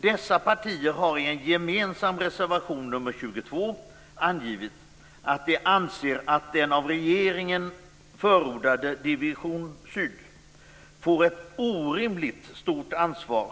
Dessa partier har i en gemensam reservation nr 22 angivit att de anser att den av regeringen förordade Division syd får ett orimligt stort ansvar.